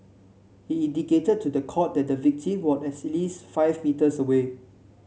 he indicated to the court that the victim was at least five metres away